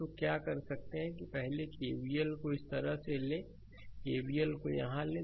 तो क्या कर सकते हैं कि पहले केवीएल को इस तरह से लें केवीएल को यहां लें